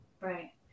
right